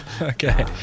okay